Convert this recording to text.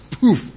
Poof